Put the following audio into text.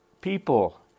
people